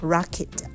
Rocket